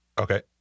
Okay